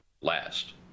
last